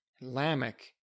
Lamech